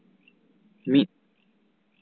ᱢᱤᱫ